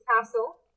Castle